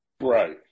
Right